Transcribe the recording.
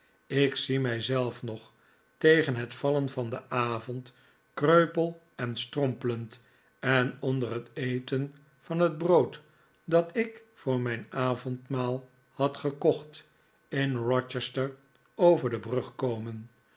ik zie mij zelf nog tegen het vallen van den avond kreupel en strompelend en onder het eten van het brood dat ik voor mijn avondmaal had gekocht in rochester over de brugkomen een